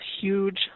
huge